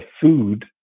Food